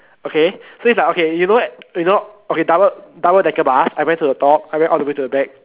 okay so it's like okay you know what you know okay double double decker bus I went to the top I went all the way to the back